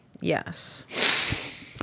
Yes